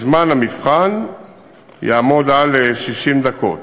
זמן המבחן יעמוד על 60 דקות.